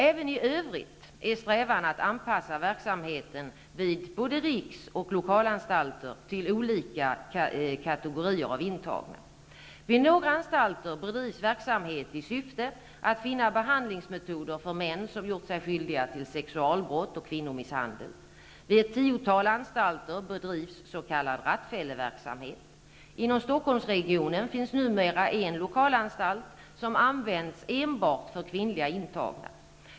Även i övrigt är strävan att anpassa verksamheten både vid riks och lokalanstalterna till olika kategorier av intagna. Vid några anstalter bedrivs verksamhet i syfte att finna behandlingsmetoder för män som gjort sig skyldiga till sexualbrott och kvinnomisshandel. Vid ett tiotal anstalter bedrivs s.k. rattfälleverksamhet. Inom Stockholmsregionen finns numera en lokalanstalt som används enbart för kvinnliga intagna.